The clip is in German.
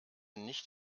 nicht